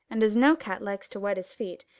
and as no cat likes to wet its feet,